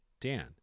Dan